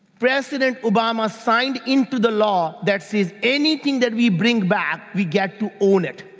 president obama signed into the law that says anything that we bring back, we get to own it.